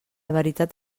veritat